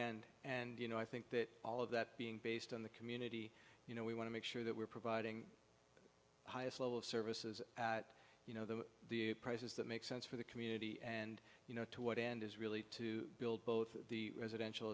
end and you know i think that all of that being based on the community you know we want to make sure that we're providing the highest level of services that you know the the prices that make sense for the community and you know to what end is really to build both the residential